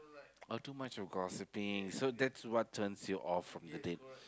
oh too much of gossiping so that's what turns you off from the date